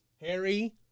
Harry